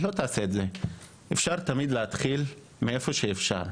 אז צריך להתחיל מאיפה שאפשר,